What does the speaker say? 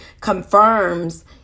confirms